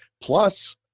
plus